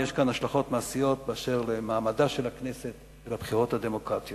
יש כאן השלכות מעשיות באשר למעמדה של הכנסת ולבחירות הדמוקרטיות.